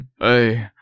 Hey